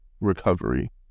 recovery